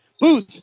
Booth